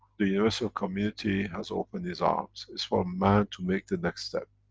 the universal community has opened his arms, is for man to make the next step.